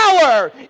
power